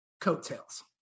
coattails